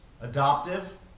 adoptive